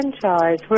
franchise